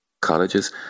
colleges